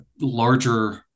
larger